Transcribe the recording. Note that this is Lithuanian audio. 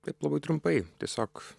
taip labai trumpai tiesiog